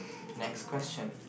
next question